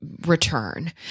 return